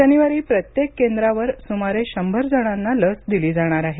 शनिवारी प्रत्येक केंद्रावर सुमारे शंभर जणांना लस दिली जाणार आहे